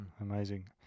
amazing